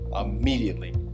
immediately